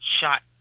shot